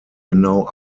genau